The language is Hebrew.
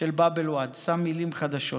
של באב אל ואד, שם מילים חדשות.